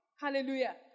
Hallelujah